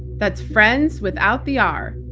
that's friends without the r,